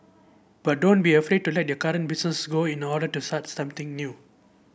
but don't be afraid to let your current business go in order to start something new